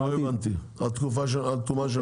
לא הבנתי, עד תומה?